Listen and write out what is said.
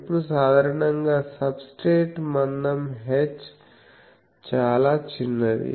ఇప్పుడు సాధారణంగా సబ్స్ట్రేట్ మందం h చాలా చిన్నది